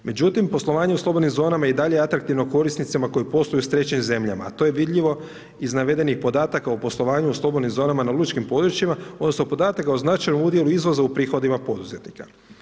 Međutim, poslovanje u slobodnim zonama i dalje je atraktivno korisnicima koji posluju s trećim zemljama, a to je vidljivo iz navedenih podataka o poslovanju u slobodnim zonama na lučkim područjima odnosno podataka o značaju udjelu izvoza u prihodima poduzetnika.